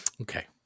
Okay